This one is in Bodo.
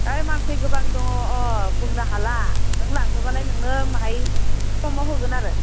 ओइ मानसि गोबां दङ बुंनो हाला नों लांनोबालाय नोंनो बाहाय खमाव होगोन आरो